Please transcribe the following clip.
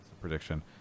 prediction